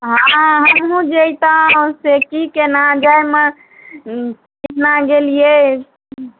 हँ हमहुँ जइतहुँ से की केना जाइमे केना गेलियै